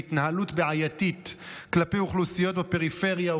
בהתנהלות בעייתית כלפי אוכלוסיות בפריפריה,